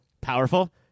powerful